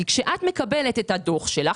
כשאת מקבלת את הדוח שלך,